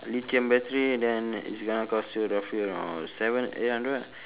lithium battery then it's gonna cost you roughly around seven eight hundred